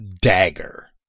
dagger